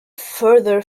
further